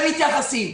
ומתייחסים.